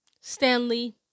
Stanley